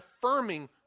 affirming